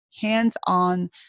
hands-on